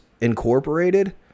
Incorporated